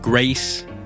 Grace